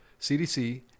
CDC